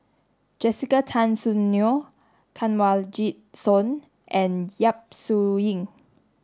Jessica Tan Soon Neo Kanwaljit Soin and Yap Su Yin